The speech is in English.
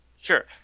Sure